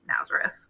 Nazareth